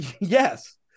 Yes